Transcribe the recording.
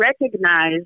recognize